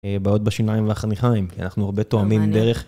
בעיות בשיניים והחניכיים, כי אנחנו הרבה טועמים דרך.